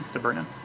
the burn in.